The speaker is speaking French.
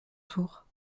tour